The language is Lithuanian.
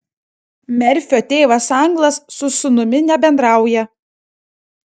merfio tėvas anglas su sūnumi nebendrauja